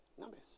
Numbers